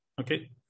okay